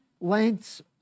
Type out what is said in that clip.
lengths